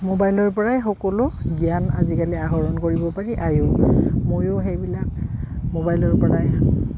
মোবাইলৰ পৰাই সকলো জ্ঞান আজিকালি আহৰণ কৰিব পাৰি আৰু ময়ো সেইবিলাক মোবাইলৰ পৰাই